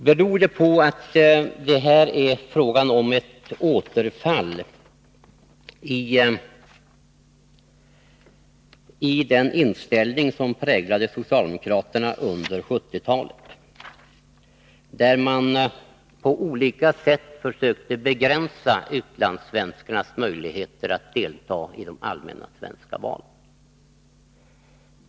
Beror det på att det nu är fråga om ett återfall i den inställning som präglade socialdemokraterna under 1970-talet, då man på olika sätt försökte begränsa utlandssvenskarnas möjligheter att delta i de allmänna svenska valen?